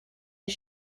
his